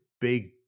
big